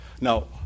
now